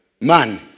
Man